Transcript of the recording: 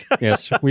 Yes